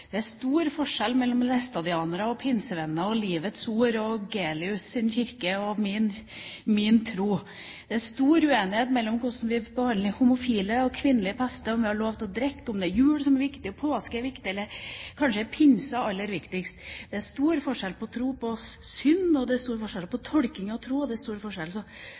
det er stor forskjell mellom læstadianere, pinsevenner, Livets Ord, Gelius' kirke og min tro. Det er stor uenighet om hvordan vi behandler homofile, om kvinnelige prester, om vi har lov til å drikke, om det er julen som er viktig, om det er påsken som er viktig, eller om det kanskje er pinsen som er aller viktigst. Det er stor forskjell når det gjelder synd, det er stor forskjell på tolkningen av tro, og det er